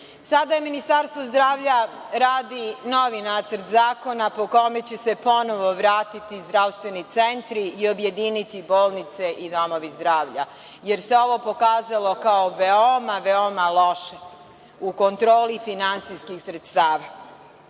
Sada je Ministarstvo zdravlja radi novi nacrt zakona po kome će se ponovo vratiti zdravstveni centri i objediniti bolnice i domovi zdravlja, jer se ovo pokazalo kao veoma, veoma loše u kontroli finansijskih sredstava.